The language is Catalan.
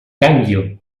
gànguil